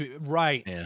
Right